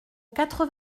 quatre